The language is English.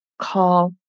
call